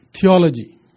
theology